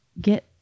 get